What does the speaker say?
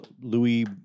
Louis